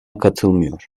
katılmıyor